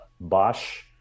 Bosch